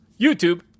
YouTube